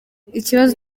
ikibazo